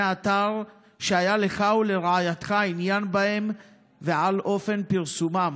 האתר שהיה לך ולרעייתך עניין בהם ועל אופן פרסומם,